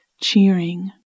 cheering